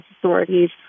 authorities